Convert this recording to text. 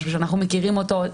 משהו שאנחנו מכירים אותו,